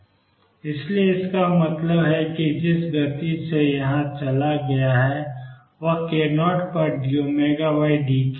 और इसलिए इसका मतलब है कि जिस गति से यह चला गया है वह k0 पर dωdk है